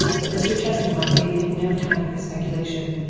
but mr. chestermarke gave him no time for speculation.